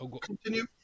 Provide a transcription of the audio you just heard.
continue